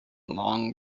long